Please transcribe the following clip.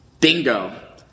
Bingo